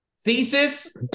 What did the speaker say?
Thesis